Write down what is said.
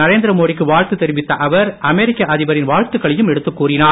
நரேந்திர மோடிக்கு வாழ்த்து தெரிவித்த அவர் அமெரிக்க அதிபரின் வாழ்த்துக்களையும் எடுத்துக் கூறினார்